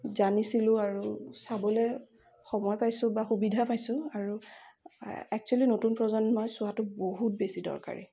জানিছিলোঁ আৰু চাবলৈ সময় পাইছোঁ বা সুবিধা পাইছোঁ আৰু এক্সোলি নতুন প্ৰজন্মই চোৱাটো বহুত বেছি দৰকাৰী